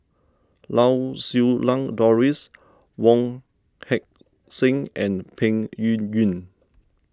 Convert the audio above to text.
Lau Siew Lang Doris Wong Heck Sing and Peng Yuyun